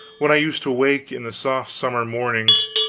when i used to wake in the soft summer mornings,